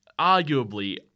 arguably